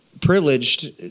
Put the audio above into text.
privileged